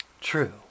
True